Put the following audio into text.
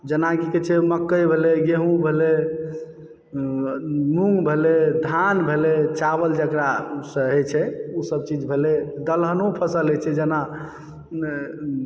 जेना की कहय छै मकै भेलय गेहूँ भेलय मूँग भेलय धान भेलय चावल जेकरासँ होयत छै ओसभ चीज भेलय दलहनो फसल होयत छै जेना